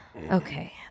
Okay